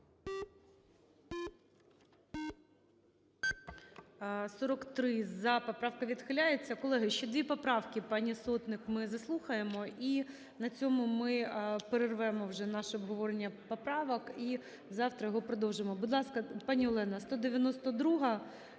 43 – за. Поправка відхиляється. Колеги, ще дві поправки, пані Сотник ми заслухаємо і на цьому ми перервемо вже наше обговорення поправок і завтра його продовжимо. Будь ласка, пані Олена, 192